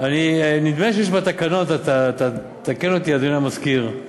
נדמה לי שיש בתקנון, תקן אותי, אדוני המזכיר,